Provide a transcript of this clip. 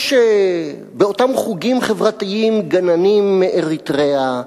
יש באותם חוגים חברתיים גננים מאריתריאה,